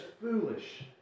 foolish